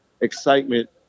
excitement